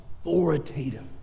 authoritative